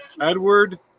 Edward